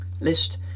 List